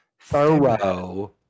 thorough